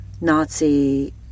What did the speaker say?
Nazi